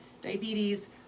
diabetes